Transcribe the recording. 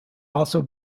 also